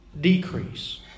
decrease